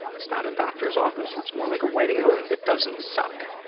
it's not a doctor's office. it's more like a waiting room that doesn't suck.